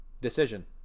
decision